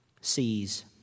sees